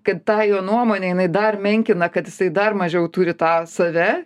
kad tą jo nuomonę jinai dar menkina kad jisai dar mažiau turi tą save